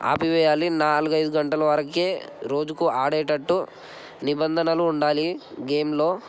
ఆపివేయాలి నాలుగైదు గంటల వరకే రోజుకు ఆడేటట్టు నిబంధనలు ఉండాలి గేమ్లో